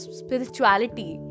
spirituality